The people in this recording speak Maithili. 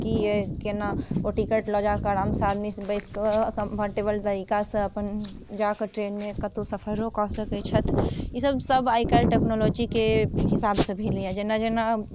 की अछि केना ओ टिकट लगैक आरामसँ आदमी बैस कऽ कम्फर्टेबल तरीका सँ अपन जाकऽ ट्रेनमे कतौ सफरो कऽ सकै छथि ई सभ सभ आइ कल्हि टेक्नोलॉजीके हिसाबसँ भेलैया जेना जेना